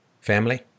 family